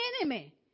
enemy